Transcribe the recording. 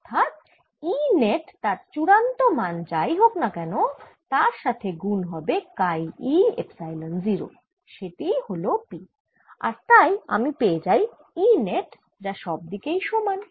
অর্থাৎ E net তার চূড়ান্ত মান যাই হোক না কেন তার সাথে গুন হবে কাই e এপসাইলন 0 সেটিই হল P আর তাই আমি পেয়ে যাই E নেট যা সব দিকেই সমান